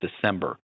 December